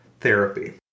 therapy